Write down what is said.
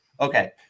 Okay